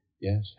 Yes